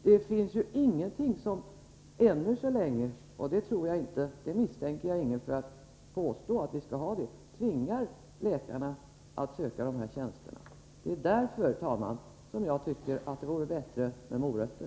Det är ju ännu så länge ingen som vill — och jag misstänker inte heller att någon kommer att vilja det — tvinga läkarna att söka de här tjänsterna. Det är därför, herr talman, som jag tycker att det vore bättre med morötter.